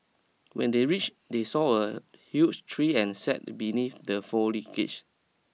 when they reach they saw a huge tree and sat beneath the